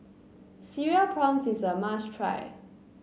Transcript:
Cereal Prawns is a must try